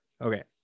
Okay